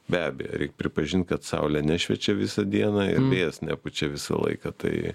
be abejo reik pripažint kad saulė nešviečia visą dieną ir vėjas nepučia visą laiką tai